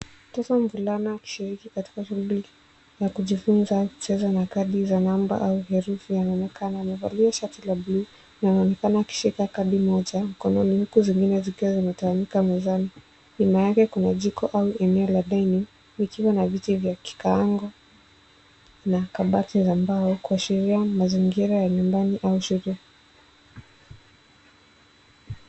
Mtoto mvulana akishiriki katika shughuli ya kujifunza akicheza na kadi za namba au herufi. Anaonekana amevalia shati la buluu na anaonekana akishika kadi moja mkononi huku zingine zikiwa zimetawanyika mezani. Nyuma yake kuna jiko au eneo la dining likiwa na viti vya kikaango na kabati za mbao kuashiria mazingira ya nyumbani au shule.